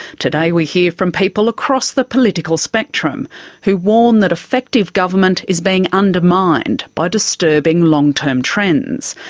today we hear from people across the political spectrum who warn that effective government is being undermined by disturbing long-term trends,